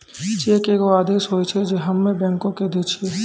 cheque एगो आदेश होय छै जे हम्मे बैंको के दै छिये